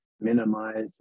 minimize